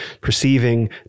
perceiving